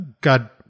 God